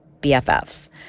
BFFs